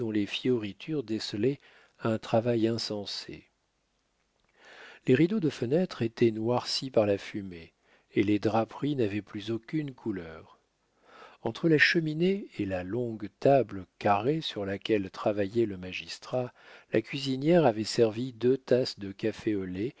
les fioritures décelaient un travail insensé les rideaux de fenêtres étaient noircis par la fumée et les draperies n'avaient plus aucune couleur entre la cheminée et la longue table carrée sur laquelle travaillait le magistrat la cuisinière avait servi deux tasses de café au lait